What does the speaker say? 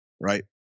right